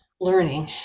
learning